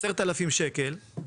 10,000 ש"ח,